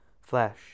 Flesh